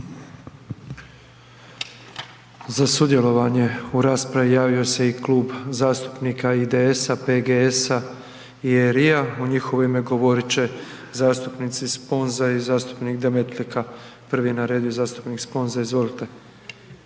Za sudjelovanje u raspravi javio se i Klub zastupnika IDS-PGS-RI-a, u njihovo ime govorit će zastupnici Sponza i zastupnik Demetlika. Prvi na redu je zastupnik Sponza, izvolite.